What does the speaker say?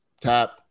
tap